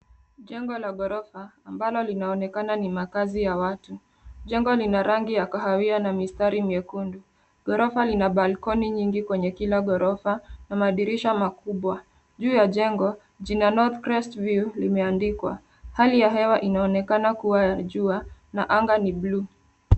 Jengo la ghorofa, ambalo linaonekana ni makazi ya watu. Jengo lina rangi ya kahawia na mistari mwekundu. Ghorofa lina balkoni nyingi kwenye kila ghorofa, na madirisha makubwa. Juu ya jengo jina, "Northrest View", limeandikwa. Hali ya hewa inaonekana kua ya jua, na anga ni blue .